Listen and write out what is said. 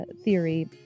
theory